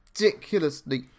Ridiculously